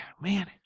man